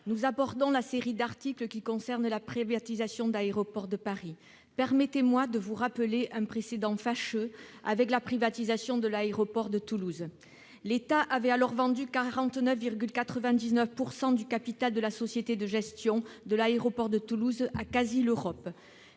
nous abordons la série d'articles qui concernent la privatisation d'Aéroports de Paris. Permettez-moi de vous rappeler un précédent fâcheux, celui de la privatisation de l'aéroport de Toulouse. L'État avait alors vendu 49,99 % du capital de la société de gestion de l'aéroport de Toulouse à Casil Europe.